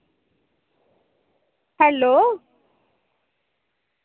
hello